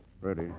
Ready